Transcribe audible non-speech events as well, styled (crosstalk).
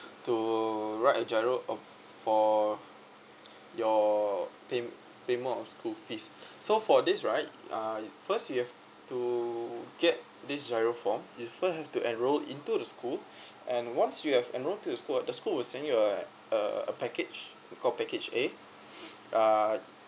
to write a GIRO uh for your pay payment of school fees so for this right uh first you have to get this GIRO form if you first have to enroll into the school and once you have enroll to the school the school will send you uh uh a package we call package A (breath) uh